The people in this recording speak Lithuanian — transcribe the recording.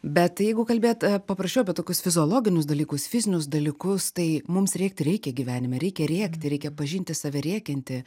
bet jeigu kalbėt paprasčiau apie tokius fiziologinius dalykus fizinius dalykus tai mums rėkt reikia gyvenime reikia rėkti reikia pažinti save rėkiantį